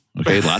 okay